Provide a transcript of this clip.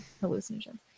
hallucinations